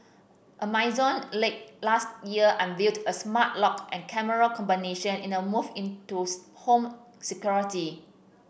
Amazon late last year unveiled a smart lock and camera combination in a move into home security